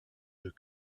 deux